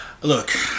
Look